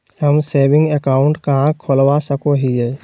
हम saving account कहाँ खोलवा सको हियै?